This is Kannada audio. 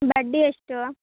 ಬಡ್ಡಿ ಎಷ್ಟು